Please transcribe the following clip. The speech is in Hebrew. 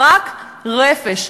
רק רפש,